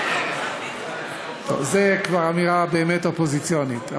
זו כבר אמירה באמת אופוזיציונית,